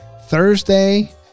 Thursday